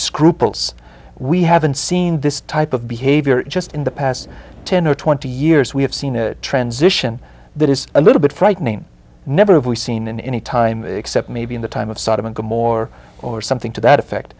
scruples we haven't seen this type of behavior just in the past ten or twenty years we have seen a transition that is a little bit frightening never have we seen in any time except maybe in the time of sodom and gomorrah or something to that effect